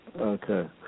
Okay